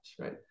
right